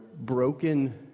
broken